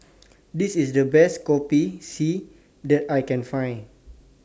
This IS The Best Kopi C that I Can Find